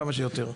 כמה שיותר.